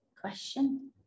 question